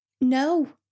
No